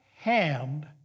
hand